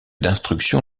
d’instruction